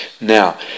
Now